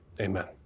Amen